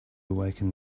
awaken